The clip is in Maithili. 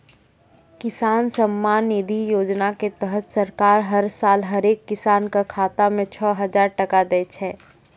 किसान सम्मान निधि योजना के तहत सरकार हर साल हरेक किसान कॅ खाता मॅ छो हजार टका दै छै